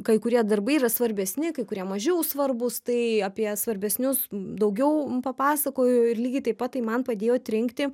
kai kurie darbai yra svarbesni kai kurie mažiau svarbūs tai apie svarbesnius daugiau papasakojo ir lygiai taip pat tai man padėjo atrinkti